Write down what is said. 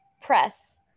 Press